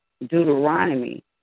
Deuteronomy